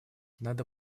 надо